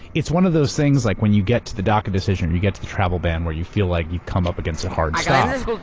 it's one of those things like when you get to the daca decision, you get to the travel ban, where you feel like you've come up against a hard stop.